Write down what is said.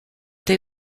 they